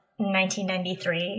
1993